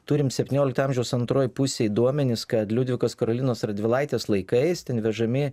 turim septyniolikto amžiaus antroj pusėj duomenis kad liudvikos karolinos radvilaitės laikais ten vežami